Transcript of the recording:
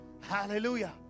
Hallelujah